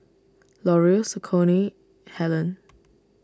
L'Oreal Saucony Helen